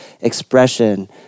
expression